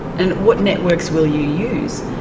and what networks will you use?